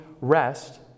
rest